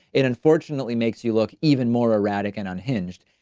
it unfortunately makes you look even more erratic and unhinged.